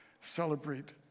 Celebrate